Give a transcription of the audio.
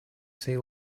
see